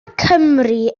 cymru